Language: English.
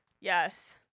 Yes